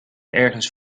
ergens